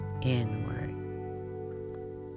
inward